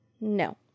No